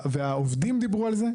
והעובדים דיברו על זה,